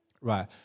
right